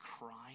crying